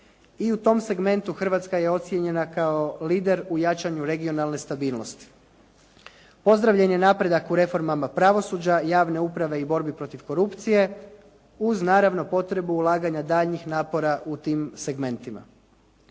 i u tom segmentu Hrvatska je ocijenjena kao lider u jačanju regionalne stabilnosti. Pozdravljen je napredak u reformama pravosuđa, javne uprave i borbi protiv korupcije uz naravno potrebu ulaganja daljnjih napora u tim segmentima.